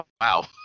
wow